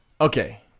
Okay